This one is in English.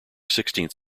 sixteenth